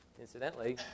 Incidentally